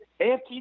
AFT